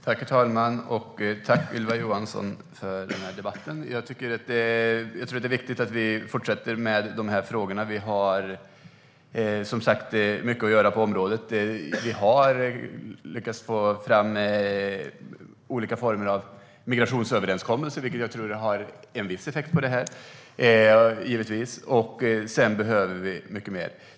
Herr talman! Tack, Ylva Johansson, för den här debatten! Jag tror att det är viktigt att vi fortsätter med de här frågorna. Vi har som sagt mycket att göra på området. Vi har lyckats få fram olika former av migrationsöverenskommelser, vilket jag tror har en viss effekt. Sedan behöver vi mycket mer.